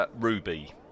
Ruby